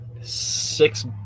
Six